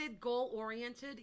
goal-oriented